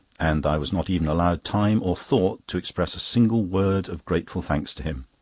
and i was not even allowed time or thought to express a single word of grateful thanks to him.